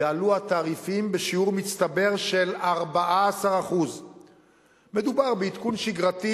יעלו התעריפים בשיעור מצטבר של 14%. מדובר בעדכון שגרתי,